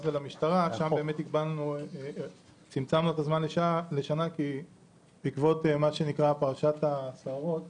ומשטרה ששם צמצמנו את הזמן לשנה בעקבות פרשת הסוהרות